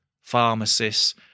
pharmacists